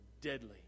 deadly